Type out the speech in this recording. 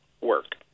work